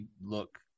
look